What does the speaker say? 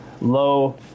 low